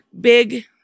big